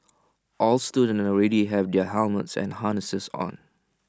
all students already have their helmets and harnesses on